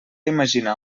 imaginar